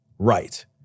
right